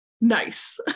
Nice